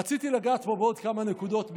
רציתי לגעת פה בעוד כמה נקודות,